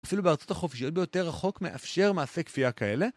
אפילו בארצות החופשיות ביותר החוק מאפשר מעשה כפייה כאלה.